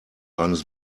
eines